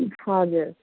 हजुर